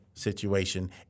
situation